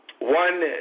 One